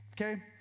okay